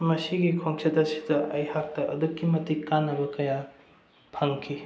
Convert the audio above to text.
ꯃꯁꯤꯒꯤ ꯈꯣꯡꯆꯠ ꯑꯁꯤꯗ ꯑꯩꯍꯥꯛꯇ ꯑꯗꯨꯛꯀꯤ ꯃꯇꯤꯛ ꯀꯥꯟꯅꯕ ꯀꯌꯥ ꯐꯪꯈꯤ